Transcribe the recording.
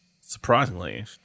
surprisingly